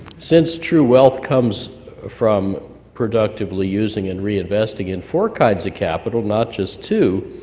since true wealth comes from productively using, and reinvesting in four kinds of capital, not just two